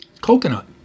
Coconut